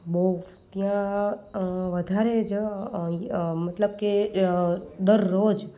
બહુ ત્યાં વધારે જ મતલબ કે દરરોજ